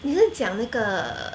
你在讲那个